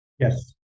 Yes